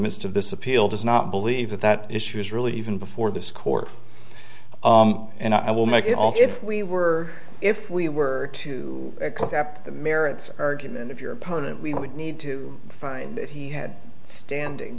midst of this appeal does not believe that that issue is really even before this court and i will make it all give we were if we were to accept the merits argument of your opponent we would need to find that he had standing